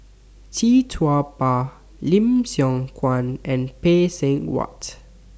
Tee Tua Ba Lim Siong Guan and Phay Seng Whatt